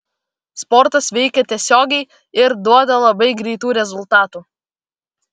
sportas veikia tiesiogiai ir duoda labai greitų rezultatų